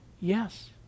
Yes